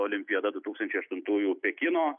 olimpiada du tūkstančiai aštuntųjų pekino